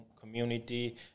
community